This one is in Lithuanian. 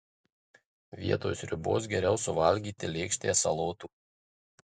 vietoj sriubos geriau suvalgyti lėkštę salotų